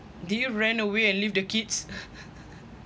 did you ran away and leave the kids